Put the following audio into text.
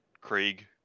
krieg